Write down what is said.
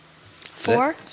Four